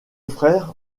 frère